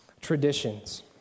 Traditions